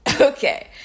Okay